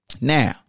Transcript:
Now